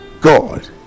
God